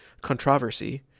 controversy